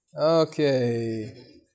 Okay